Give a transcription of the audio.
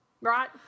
Right